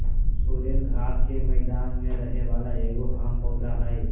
sorrel घास के मैदान में रहे वाला एगो आम पौधा हइ